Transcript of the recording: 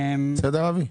בסדר אבי?